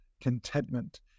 contentment